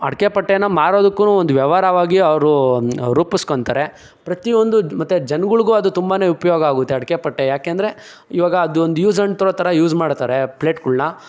ಅಡಕೆಪಟ್ಟೆನ ಮಾರೋದಕ್ಕು ಒಂದು ವ್ಯವಹಾರವಾಗಿ ಅವರು ರೂಪ್ಸ್ಕೊತಾರೆ ಪ್ರತಿಯೊಂದು ಮತ್ತು ಜನ್ಗಳ್ಗೂ ಅದು ತುಂಬಾ ಉಪಯೋಗ ಆಗುತ್ತೆ ಅಡಕೆಪಟ್ಟೆ ಯಾಕೆಂದರೆ ಈವಾಗ ಅದು ಒಂದು ಯೂಸ್ ಆ್ಯಂಡ್ ಥ್ರೋ ಥರ ಯೂಸ್ ಮಾಡ್ತಾರೆ ಪ್ಲೇಟ್ಗಳ್ನ